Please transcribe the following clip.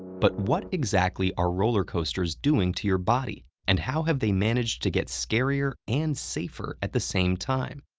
but what exactly are roller coasters doing to your body, and how have they managed to get scarier and safer at the same time?